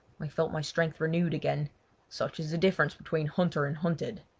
i felt my strength renewed again such is the difference between hunter and hunted.